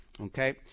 Okay